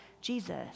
Jesus